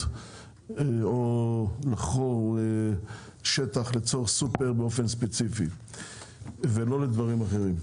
או לחכור שטח לצורך סופר באופן ספציפי ולא לדברים אחרים.